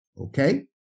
okay